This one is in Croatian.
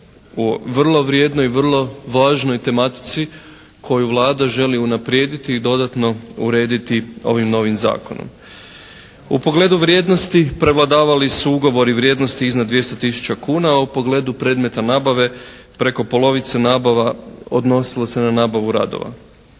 o vrlo vrijednoj i vrlo važnoj tematici koju Vlada želi unaprijediti i dodatno urediti ovim novim zakonom. U pogledu vrijednosti prevladavali su ugovori vrijednosti iznad 200 tisuća kuna, a u pogledu predmeta nabave preko polovice nabava odnosilo se na nabavu radova.